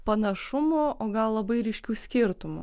panašumų o gal labai ryškių skirtumų